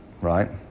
right